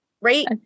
Right